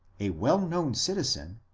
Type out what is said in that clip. a well-known citizen,